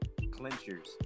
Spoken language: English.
clinchers